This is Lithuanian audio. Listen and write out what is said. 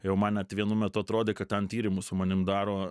jau man net vienu metu atrodė kad ten tyrimus su manim daro